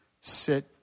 Sit